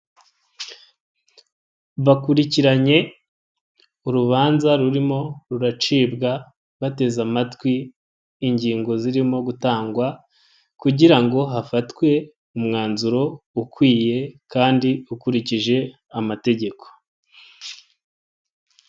Bakurikiranye urubanza rurimo ruracibwa, bateze amatwi ingingo zirimo gutangwa kugira ngo hafatwe umwanzuro ukwiye kandi ukurikije amategeko.